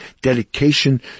dedication